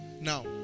Now